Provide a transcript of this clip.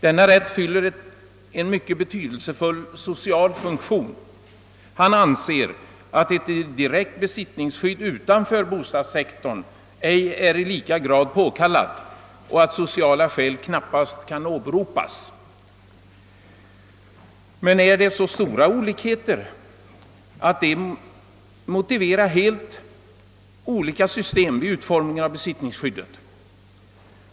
Denna rätt fyller en mycket betydelsefull social funktion.» Han anser att ett direkt besittningsskydd utanför bostadssektorn ej är i lika grad påkallat och att sociala skäl knappast kan åberopas. Men är olikheterna så stora att de motiverar helt skilda system vid utformningen av = besittningsskyddet?